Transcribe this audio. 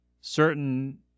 certain